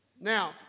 Now